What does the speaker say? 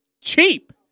Cheap